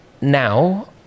Now